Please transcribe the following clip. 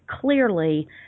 clearly